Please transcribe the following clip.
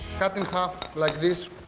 cut in half, like this.